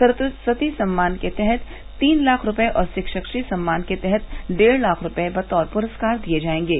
सरस्वती सम्मान के तहत तीन लाख रूपये और षिक्षक श्री सम्मान के तहत डेढ़ लाख रूपये बतौर पुरस्कार दिये जायेंगे